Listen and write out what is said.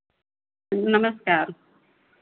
नमस्कार